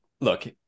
look